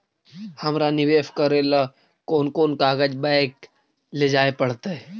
हमरा निवेश करे ल कोन कोन कागज बैक लेजाइ पड़तै?